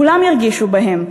כולם ירגישו בהם,